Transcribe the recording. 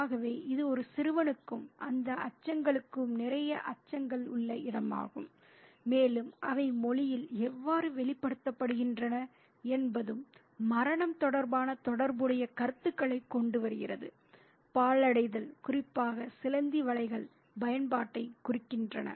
ஆகவே இது ஒரு சிறுவனுக்கும் அந்த அச்சங்களுக்கும் நிறைய அச்சங்கள் உள்ள இடமாகும் மேலும் அவை மொழியில் எவ்வாறு வெளிப்படுத்தப்படுகின்றன என்பதும் மரணம் தொடர்பான தொடர்புடைய கருத்துக்களைக் கொண்டுவருகிறது பாழடைதல் குறிப்பாக சிலந்தி வலைகள் பயன்பாட்டைக் குறிக்கின்றன